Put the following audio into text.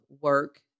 work